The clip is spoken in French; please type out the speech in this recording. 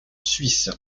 suisse